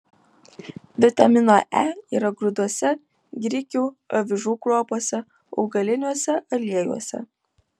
vitamino e yra grūduose grikių avižų kruopose augaliniuose aliejuose